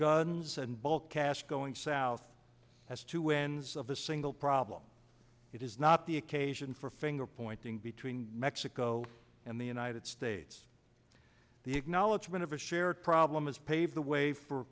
guns and bulk cash going south as to wins of a single problem it is not the occasion for finger pointing between mexico and the united states the acknowledgment of a shared problem has paved the way for